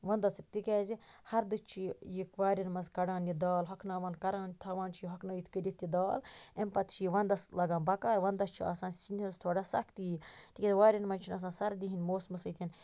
وَندَس تکیاز ہَردٕ چھِ یہِ یہِ واریٚن مَنٛز کَڑان یہِ دال ہۄکھناوان کَران تھاوان چھِ ہوکھنٲیِتھ کٔرِتھ یہِ دال امہِ پَتہٕ چھِ یہِ وَندَس لَگان بَکار وَندَس چھِ آسان سِنِس تھوڑا سَختی تکیاز واریٚن مَنٛز چھُ نہٕ آسان سردی ہٕنٛدۍ موسمہٕ سۭتۍ